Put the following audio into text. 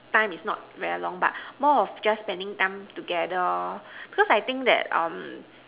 time is not very long but more of just spending time together cause I think that um